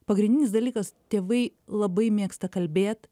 pagrindinis dalykas tėvai labai mėgsta kalbėt